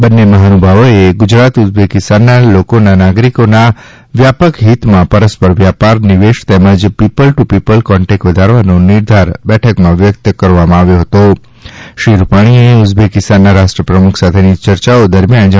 બંને મફાનુભાવોએ ગુજરાત ઉઝબેકિસ્તાનના લોકોના નાગરિકોના વ્યાપક ફિતમાં પરસ્પર વ્યાપાર નિવેશ તેમજ પીપલ ટુ પીપલ કોન્ટેકટ વધારવાનો નિર્ધાર બેઠકમાં વ્યકત શ્રી વિજયભાઇ રૂપાણીએ ઉઝબેકિસ્તાન રાષ્ટ્રપ્રમુખ સાથેની ચર્ચાઓ દરમિયાન કર્યો હતો